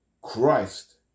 christ